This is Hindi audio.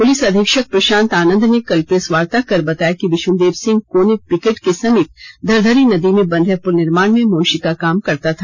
पुलिस अधीक्षक प्रशांत आनंद ने कल प्रेसवार्ता कर बताया कि विशुनदेव सिंह कोने पिकेट के समीप धरधरी नदी में बन रहे पुल निर्माण में मुंशी का काम करता था